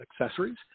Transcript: accessories